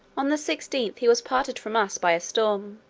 on the sixteenth, he was parted from us by a storm